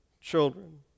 children